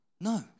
No